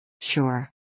Sure